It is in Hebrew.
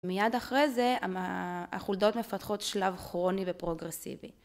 מיד אחרי זה החולדות מפתחות שלב כרוני ופרוגרסיבי.